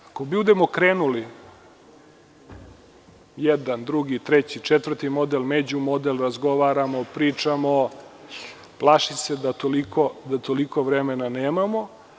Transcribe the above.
Ako budemo krenuli jedan, drugi, treći, četvrti model, međumodel, razgovaramo, pričamo, plašim se da toliko vremena nemamo.